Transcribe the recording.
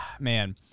man